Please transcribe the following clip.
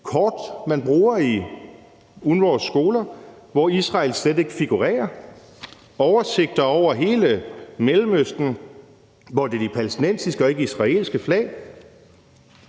kort, man bruger i UNRWA's skoler, hvor Israel slet ikke figurerer. Der er oversigter over hele Mellemøsten med det palæstinensiske og ikke israelske flag.